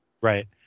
Right